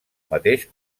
mateix